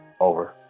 Over